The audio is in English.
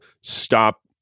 stop